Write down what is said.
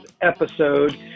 episode